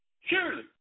Surely